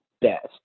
best